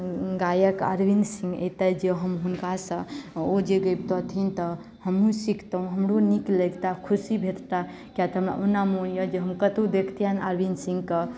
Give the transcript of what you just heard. गायक अरविन्द सिंह एतऽ जे हम हुनका सँ ओ जे गैबतथिन तऽ हमहुँ सिखतहुॅं हमरो नीक लैगतै खुशी भेटतै किए तऽ हमरा ओहिना मोन यऽ जे हम कतौ देखतिएन अरविन्द सिंहके